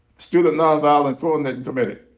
student nonviolent coordinating committee,